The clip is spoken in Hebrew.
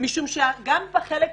מכיוון שגם בחלק הסודי,